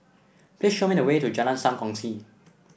please show me the way to Jalan Sam Kongsi